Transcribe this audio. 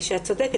את צודקת,